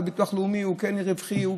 הביטוח הלאומי יהיה רווחי,